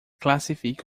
classifique